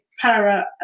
para